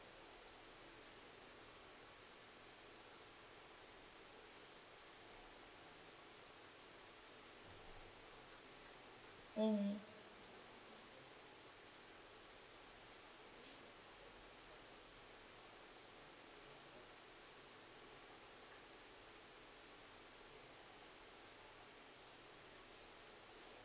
mm